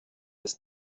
des